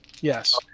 Yes